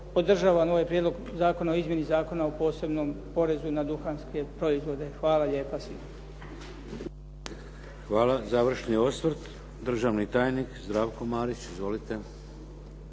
podržavam ovaj prijedlog zakona o izmjeni Zakona o posebnom porezu na duhanske proizvode. Hvala lijepa svima. **Šeks, Vladimir (HDZ)** Hvala. Završni osvrt državni tajnik Zdravko Marić. Izvolite.